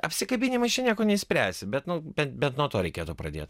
apsikabinimais čia nieko neišspręsi bet nu bet nuo to reikėtų pradėt